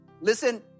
Listen